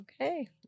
okay